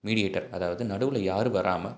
mediator அதாவது நடுவில் யாரும் வராமல்